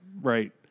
right